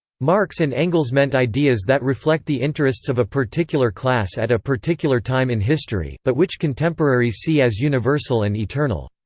marx and engels meant ideas that reflect the interests of a particular class at a particular time in history, but which contemporaries see as universal and eternal.